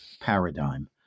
paradigm